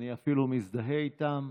אני אפילו מזדהה איתם.